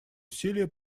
усилия